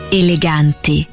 eleganti